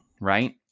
right